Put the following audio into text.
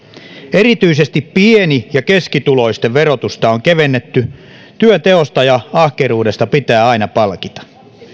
erityisesti pieni ja keskituloisten verotusta on kevennetty työnteosta ja ahkeruudesta pitää aina palkita